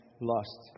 lost